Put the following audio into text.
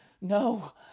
no